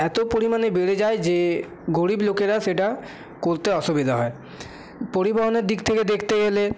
এতো পরিমাণে বেড়ে যায় যে গরিব লোকেরা সেটা করতে অসুবিধা হয় পরিবহনের দিক থেকে দেখতে গেলে